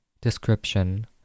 Description